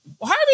Harvey